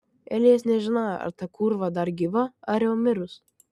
elijas nežinojo ar ta kūrva dar gyva ar jau mirus